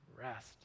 rest